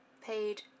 paid